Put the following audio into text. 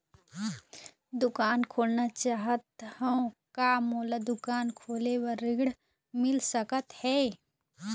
दुकान खोलना चाहत हाव, का मोला दुकान खोले बर ऋण मिल सकत हे?